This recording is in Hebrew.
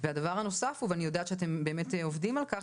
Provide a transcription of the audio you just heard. והדבר הנוסף הוא ואני יודעת שאתם באמת עובדים על כך